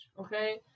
okay